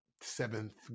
Seventh